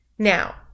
Now